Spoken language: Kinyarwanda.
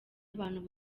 abantu